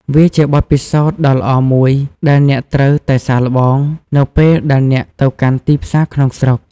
វាជាបទពិសោធន៍ដ៏ល្អមួយដែលអ្នកត្រូវតែសាកល្បងនៅពេលដែលអ្នកទៅកាន់ទីផ្សារក្នុងស្រុក។